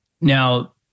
Now